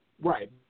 Right